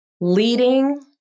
leading